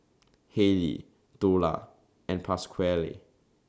Haley Dola and Pasquale